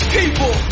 people